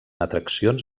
atraccions